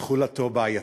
תכולתו בעייתית.